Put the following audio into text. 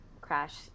crash